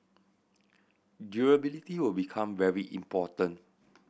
durability will become very important